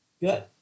Good